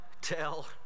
tell